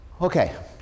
Okay